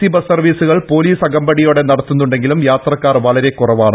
C bus സർവീസുകൾ പൊലീസ് അകമ്പടിയോടെ നടത്തുന്നുണ്ടെങ്കിലും യാത്രക്കാർ വളരെ കുറവാണ്